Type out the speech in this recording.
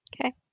Okay